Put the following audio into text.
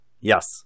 Yes